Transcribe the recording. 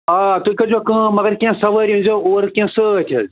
آ تُہۍ کٔرۍزیو کٲم مگر کیٚنٛہہ سوٲرۍ أنۍزیو اورٕ کیٚنٛہہ سۭتۍ حظ